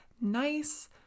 nice